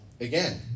again